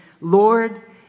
Lord